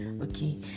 Okay